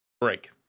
Break